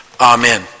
Amen